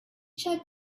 check